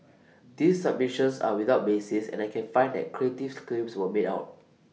these submissions are without basis and I cab find that creative's claims were made out